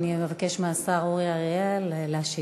אבקש מהשר אורי אריאל להשיב.